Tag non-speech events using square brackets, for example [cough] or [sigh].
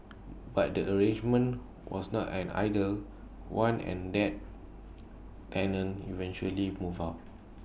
[noise] but the arrangement was not an idle one and that tenant eventually moved out